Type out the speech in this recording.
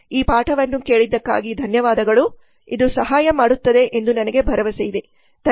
ಈ ಪಾಠವನ್ನು ಕೇಳಿದ್ದಕ್ಕಾಗಿ ಧನ್ಯವಾದಗಳು ಇದು ಸಹಾಯ ಮಾಡುತ್ತದೆ ಎಂದು ನಾನು ಭಾವಿಸುತ್ತೇನೆ